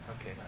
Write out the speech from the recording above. Okay